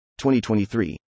2023